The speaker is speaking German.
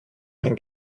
mein